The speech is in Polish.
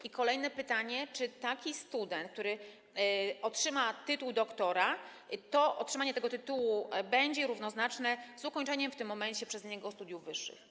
I kolejne pytanie: Czy jeśli taki student otrzyma tytuł doktora, to otrzymanie tego tytułu będzie równoznaczne z ukończeniem w tym momencie przez niego studiów wyższych?